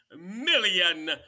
million